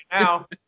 now